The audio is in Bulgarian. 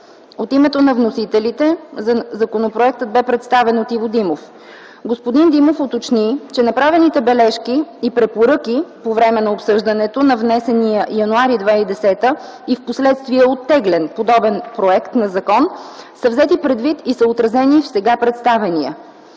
От името на вносителите, законопроектът бе представен от Иво Димов. Господин Димов уточни, че направените бележки и препоръки по време на обсъждането на внесения м. януари 2010 г. и в последствие оттеглен подобен проект за закон, са взети предвид и са отразени в сега представения.